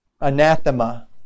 Anathema